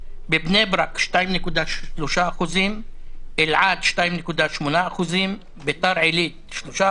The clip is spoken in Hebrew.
בבני ברק 2.3%, באלעד 2.8%, בביתר עילית 3%,